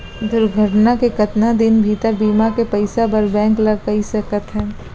दुर्घटना के कतका दिन भीतर बीमा के पइसा बर बैंक ल कई सकथन?